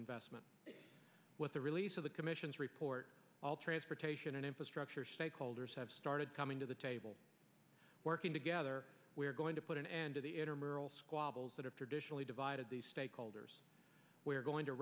investment the release of the commission's report all transportation and infrastructure stakeholders have started coming to the table working together we're going to put an end to the intermural squabbles that have traditionally divided these stakeholders we're going to